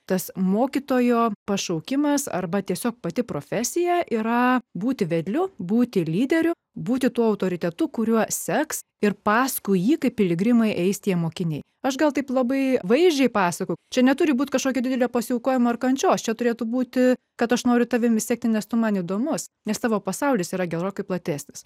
tas mokytojo pašaukimas arba tiesiog pati profesija yra būti vedliu būti lyderiu būti tuo autoritetu kuriuo seks ir paskui jį kaip piligrimai eis tie mokiniai aš gal taip labai vaizdžiai pasakojo čia neturi būti kažkokio didelio pasiaukojimo ar kančios čia turėtų būti kad aš noriu tavimi sekti nes tu man įdomus nes tavo pasaulis yra gerokai platesnis